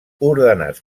ordenats